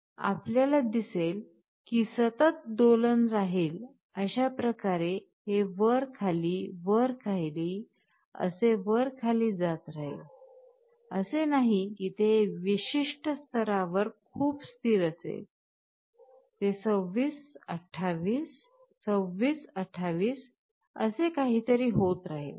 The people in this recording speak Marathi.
आपल्याला दिसेल की सतत दोलन राहील अश्या प्रकारे हे वर खाली वर खाली असे वर खाली जात राहिल असे नाही की ते एका विशिष्ट स्तरावर खूप स्थिर असेल ते 26 28 26 28 असे काहीतरी होत राहिल